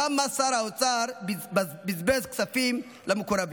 כמה שר האוצר בזבז כספים למקורבים.